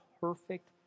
perfect